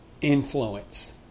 influence